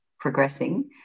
progressing